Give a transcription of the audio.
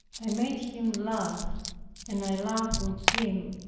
i made him laugh and i laughed with him.